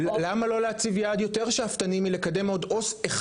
למה לא להציב יעד יותר שאפתני מלקדם עוד עו״ס אחד